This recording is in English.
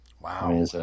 Wow